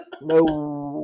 No